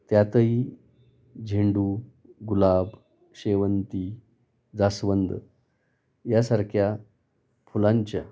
त्यातही झेंडू गुलाब शेवंती जास्वंद यासारख्या फुलांच्या